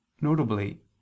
notably